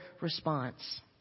response